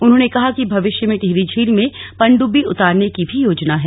उन्होंने कहा कि भविष्य में टिहरी झील में पनडुब्बी उतारने की भी योजना है